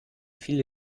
viele